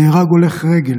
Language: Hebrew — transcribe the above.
נהרג הולך רגל,